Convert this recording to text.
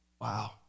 Wow